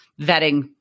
vetting